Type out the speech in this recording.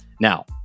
Now